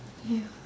ya